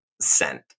scent